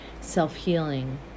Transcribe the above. self-healing